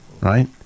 Right